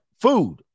food